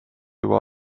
juba